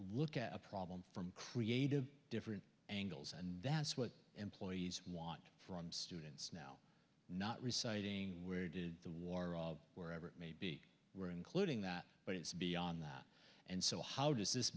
look at a problem from creative different angles and that's what employees want from students not reciting word to the war wherever it may be we're including that but it's beyond that and so how does this